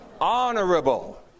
honorable